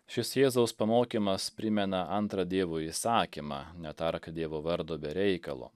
šis jėzaus pamokymas primena antrą dievo įsakymą netark dievo vardo be reikalo